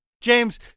James